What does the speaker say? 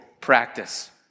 practice